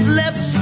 left